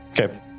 Okay